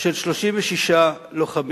של 36 לוחמים,